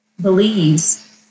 believes